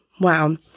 Wow